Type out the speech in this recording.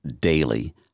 daily